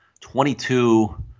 22